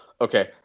okay